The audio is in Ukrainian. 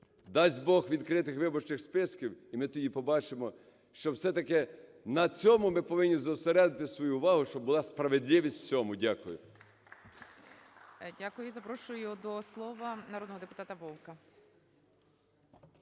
Дасть Бог відкритих виборчих списків, і ми тоді побачимо, що все-таки на цьому ми повинні зосередити свою увагу, щоб була справедливість в цьому. Дякую.